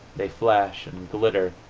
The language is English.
they flash and glitter.